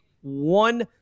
one